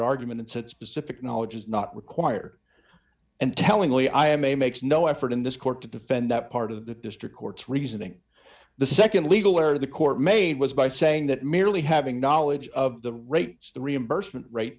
argument and said specific knowledge is not required and tellingly i am a makes no effort in this court to defend that part of the district court's reasoning the nd legal error the court made was by saying that merely having knowledge of the rates the reimbursement r